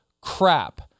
crap